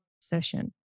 session